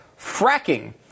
fracking